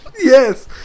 Yes